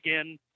again